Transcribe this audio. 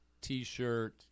T-shirt